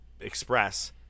Express